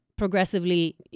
progressively